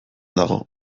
dago